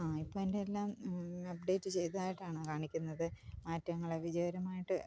ആ ഇപ്പോൾ എന്റെ എല്ലാം അപ്ഡേറ്റ് ചെയ്തതായിട്ടാണ് കാണിക്കുന്നത് മാറ്റങ്ങൾ അവിചാരിതമായിട്ട്